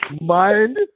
mind